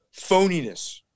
phoniness